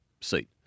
seat